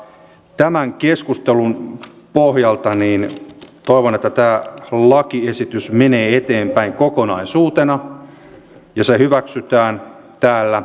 tämän keskustelun pohjalta toivon että tämä lakiesitys menee eteenpäin kokonaisuutena ja se hyväksytään täällä